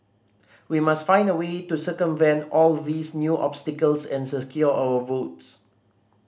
we must find a way to circumvent all these new obstacles and secure our votes